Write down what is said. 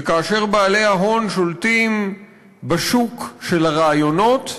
וכאשר בעלי ההון שולטים בשוק של הרעיונות,